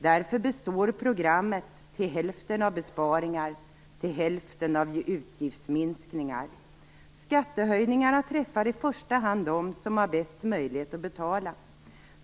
Därför består programmet till hälften av besparingar och till hälften av utgiftsminskningar. Skattehöjningarna träffar i första hand dem som har bäst möjlighet att betala.